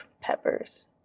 peppers